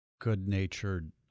good-natured